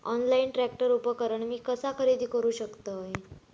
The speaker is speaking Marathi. ऑनलाईन ट्रॅक्टर उपकरण मी कसा खरेदी करू शकतय?